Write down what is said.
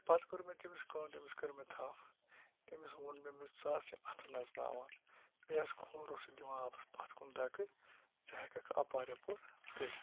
پَتہٕ کٔر مےٚ تٔمِس کٲم تٔمِس کٔر مےٚ تھَپھ تٔمِس ووٚن مےٚ مےٚ ووٚنُس ژٕ آس یہِ اَتھٕ نَژناوان بیٚیہِ آس کھوٚرَو سۭتۍ دِوان آبَس پَتھ کُن دَکہٕ ژٕ ہیٚکَکھ اَپارِ یَپور تٔرِتھ